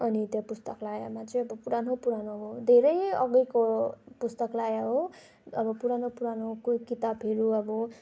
अनि त्यहाँ पुस्तकालयमा चाहिँ अब पुरानो पुरानो अब धेरै अघिको पुस्तकालय हो अब पुरानो पुरानो कोही किताबहरू अब